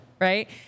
right